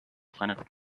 planet